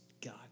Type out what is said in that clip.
God